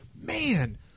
Man